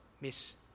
Miss